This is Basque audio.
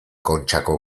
kontxako